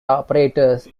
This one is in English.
operators